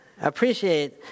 appreciate